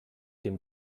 dem